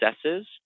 successes